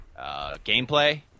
gameplay